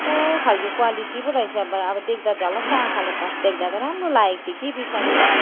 कस्तो खालके क्वालिटी पो रहेछ अब देख्दा झलक्क आँखाले फर्स्ट देख्दा त राम्रो लागेको थियो कि पछाडि